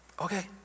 Okay